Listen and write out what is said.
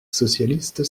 socialiste